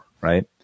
right